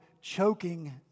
choking